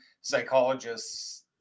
psychologists